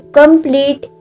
complete